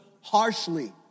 harshly